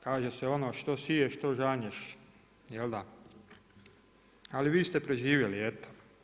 Kaže se on što siješ to žanješ jel da, ali vi ste preživjeli eto.